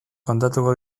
kontatuko